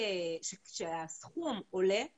יש לנו את הסכום הבסיסי,